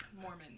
Mormon